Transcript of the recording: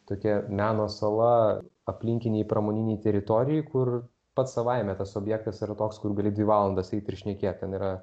tokia meno sala aplinkinėj pramoninėj teritorijoj kur pats savaime tas objektas yra toks kur gali dvi valandas eiti ir šnekėti ten yra